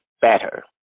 better